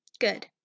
Good